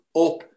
Up